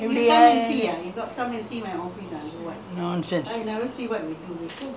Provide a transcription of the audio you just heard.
போனதும் அப்டிக கத அடிக்க வேண்டியது:ponathum apdika katha adikka vendiyathu hi sherin